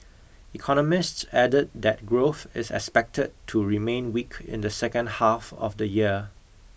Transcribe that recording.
economists added that growth is expected to remain weak in the second half of the year